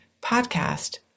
podcast